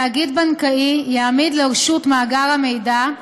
תאגיד בנקאי יעמיד לרשות מאגר המידע,